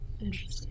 Interesting